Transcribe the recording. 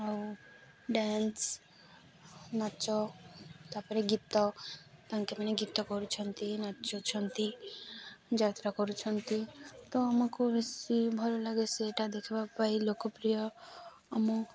ଆଉ ଡ୍ୟାନ୍ସ ନାଚ ତା'ପରେ ଗୀତ ତାଙ୍କେମାନେ ଗୀତ କରୁଛନ୍ତି ନାଚୁଛନ୍ତି ଯାତ୍ରା କରୁଛନ୍ତି ତ ଆମକୁ ବେଶୀ ଭଲ ଲାଗେ ସେଇଟା ଦେଖିବା ପାଇଁ ଲୋକପ୍ରିୟ ଆମ